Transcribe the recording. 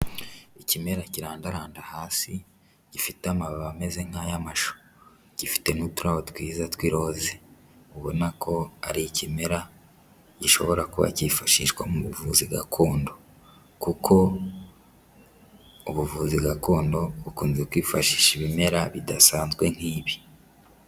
Ikimera kirandaranda hasi gifite amababi ameze nk'ay'amashyo, gifite n'uturabo twiza tw'iroze , ubona ko ari ikimera gishobora kuba cyifashishwa mu buvuzi gakondo, kuko ubuvuzi gakondo bukunze kwifashisha ibimera bidasanzwe nk'ibi.